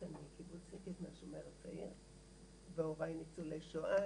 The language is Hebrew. קיבוץ --- הוריי ניצולי שואה.